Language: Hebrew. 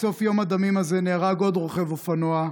בסוף יום הדמים הזה נהרג עוד רוכב אופנוע,